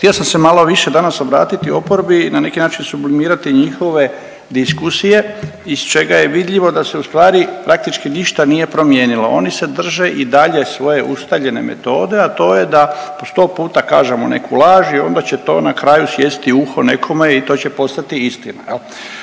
Htio sam se malo više danas obratiti oporbi, na neki način sublimirati njihove diskusije iz čega je vidljivo da se u stvari praktički ništa nije promijenilo. Oni se drže i dalje svoje ustaljene metode, a to je da po sto puta kažemo neku laž i onda će to na kraju sjesti u uho nekome i to će postati istina.